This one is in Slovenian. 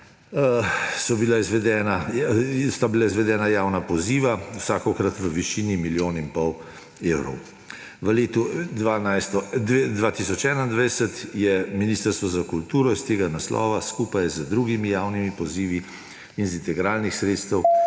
sta bila izvedena javna poziva, vsakokrat v višini milijon in pol evrov. V letu 2021 je Ministrstvo za kulturo s tega naslova skupaj z drugimi javnimi pozivi in iz integralnih sredstev